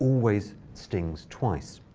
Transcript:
always stings twice.